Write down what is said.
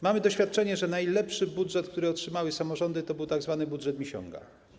Mamy doświadczenie, że najlepszy budżet, który otrzymały samorządy, to był tzw. budżet Misiąga.